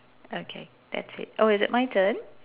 okay that's it oh is it my turn